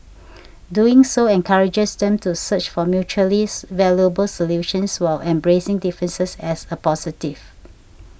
doing so encourages them to search for mutually valuable solutions while embracing differences as a positive